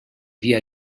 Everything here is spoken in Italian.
via